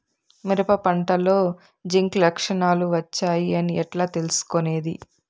మిరప పంటలో జింక్ లక్షణాలు వచ్చాయి అని ఎట్లా తెలుసుకొనేది?